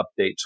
updates